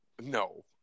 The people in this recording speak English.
No